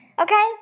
okay